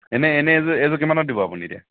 এনেই এনেই এইযোৰ এইযোৰ কিমানত দিব আপুনি এতিয়া